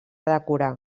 decorar